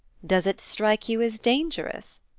does it strike you as dangerous?